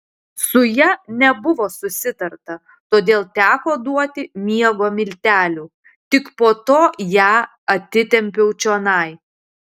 su ja nebuvo susitarta todėl teko duoti miego miltelių tik po to ją atitempiau čionai